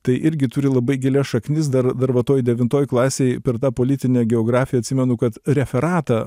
tai irgi turi labai gilias šaknis dar dar va toj devintoj klasėj per tą politinę geografiją atsimenu kad referatą